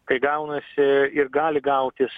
kai gaunasi ir gali gautis